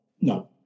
No